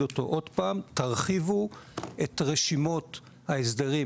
אותו עוד פעם תרחיבו את רשימות ההסדרים,